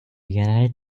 united